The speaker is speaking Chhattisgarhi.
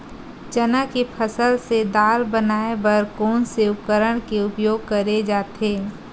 चना के फसल से दाल बनाये बर कोन से उपकरण के उपयोग करे जाथे?